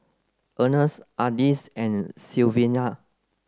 Ernst Ardis and Sylvania